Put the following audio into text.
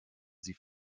sie